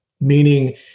meaning